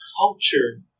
culture